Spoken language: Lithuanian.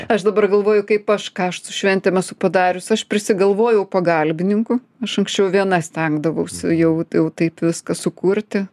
aš dabar galvoju kaip aš ką aš su šventėm esu padarius aš prisigalvojau pagalbininkų aš anksčiau viena stengdavaus jau jau taip viską sukurti